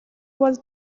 was